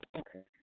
okay